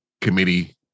Committee